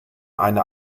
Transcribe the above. eine